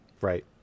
Right